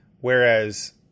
whereas